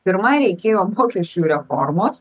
pirma reikėjo mokesčių reformos